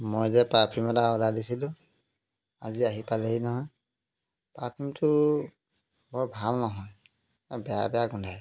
মই যে পাৰ্ফিউম এটা অৰ্ডাৰ দিছিলোঁ আজি আহি পালেহি নহয় পাৰ্ফিউমটো বৰ ভাল নহয় বেয়া বেয়া গোন্ধায়